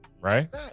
Right